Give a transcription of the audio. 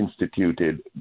instituted